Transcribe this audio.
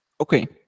Okay